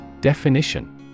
Definition